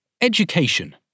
Education